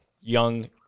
young